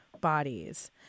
bodies